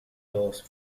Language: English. those